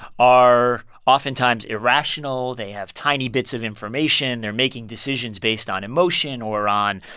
are oftentimes irrational. they have tiny bits of information. they're making decisions based on emotion or on,